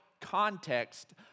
context